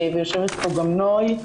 ויושבת פה גם נוי,